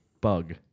bug